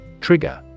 Trigger